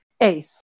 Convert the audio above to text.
Ace